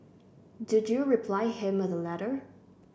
did you reply him with a letter